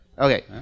Okay